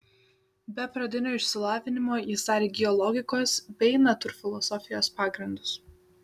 be pradinio išsilavinimo jis dar įgijo logikos bei natūrfilosofijos pagrindus